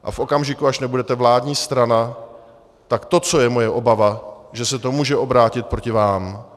A v okamžiku, až nebudete vládní strana, tak to, co je moje obava, že se to může obrátit proti vám.